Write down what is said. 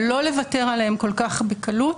ולא לוותר עליהם כל כך בקלות,